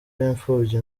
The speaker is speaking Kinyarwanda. b’imfubyi